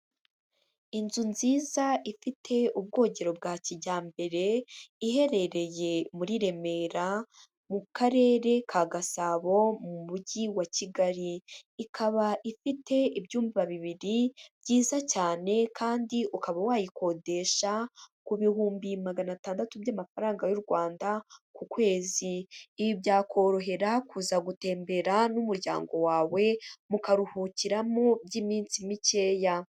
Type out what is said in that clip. Inzu nziza ifite ubwogero bwa kijyambere, iherereye muri Remera mu karere ka Gasabo mu mujyi wa Kigali, ikaba ifite ibyumba bibiri byiza cyane kandi ukaba wayikodesha ku bihumbi magana atandatu by'amafaranga y'u Rwanda ku kwezi, ibi byakorohera kuza gutembera n'umuryango wawe mukaruhukiramo by'iminsi mikeya.